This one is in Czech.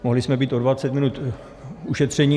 Mohli jsme být o dvacet minut ušetřeni.